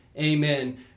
amen